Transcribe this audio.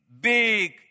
big